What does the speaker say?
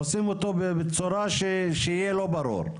עושים אותו בצורה שיהיה לא ברור.